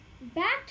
back